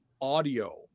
audio